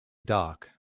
dark